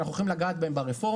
שאנחנו הולכים לגעת בהם ברפורמה,